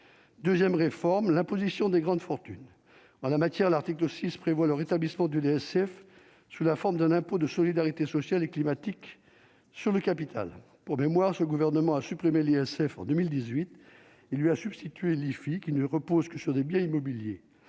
2ème réforme la position des grandes fortunes en la matière, l'article 6 prévoit le rétablissement de l'ISF, sous la forme d'un impôt de solidarité sociale et climatique sur le capital, pour mémoire, ce gouvernement a supprimé l'ISF en 2018, il lui a substitué les filles qui ne repose que sur des biens immobiliers